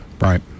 Right